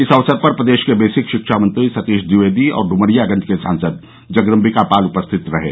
इस अवसर पर प्रदेश के बेसिक शिक्षा मंत्री सतीश द्विवेदी और ड्मरियागंज के सांसद जगदम्बिकापाल उपस्थित रहें